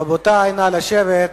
רבותי, נא לשבת.